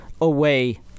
away